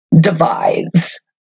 divides